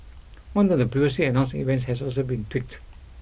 one of the previously announced events has also been tweaked